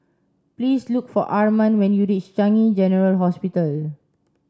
please look for Armand when you reach Changi General Hospital